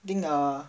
think err